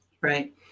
Right